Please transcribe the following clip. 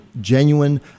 genuine